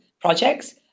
projects